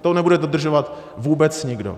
To nebude dodržovat vůbec nikdo.